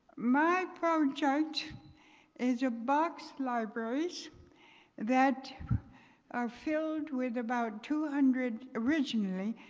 my proud chart is a box libraries that are filled with about two hundred originally,